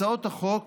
הצעות החוק